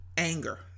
anger